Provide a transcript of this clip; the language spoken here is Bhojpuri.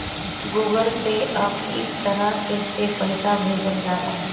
गूगल पे पअ इ तरह से पईसा भेजल जाला